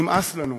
נמאס לנו.